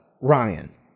Ryan